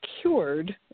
cured